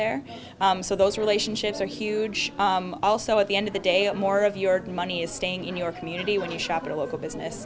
there so those relationships are huge also at the end of the day more of your money is staying in your community when you shop at a local business